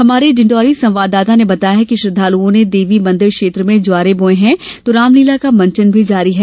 हमारे डिण्डौरी संवाददाता के अनुसार श्रद्वालुओं ने देवी मंदिर क्षेत्र में ज्वारे बोये हैं तो रामलीला का मंचन जारी है